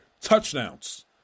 touchdowns